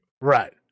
Right